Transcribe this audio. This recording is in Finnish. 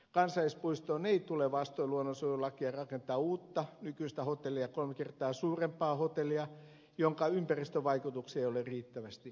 kansallispuistoon ei tule vastoin luonnonsuojelulakia rakentaa uutta nykyistä hotellia kolme kertaa suurempaa hotellia jonka ympäristövaikutuksia ei ole riittävästi selvitetty